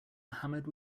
mohammad